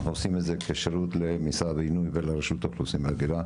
אנחנו עושים את זה כשירות למשרד הפנים ורשות האוכלוסין וההגירה.